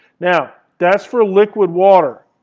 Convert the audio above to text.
now, that's for liquid water.